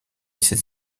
ses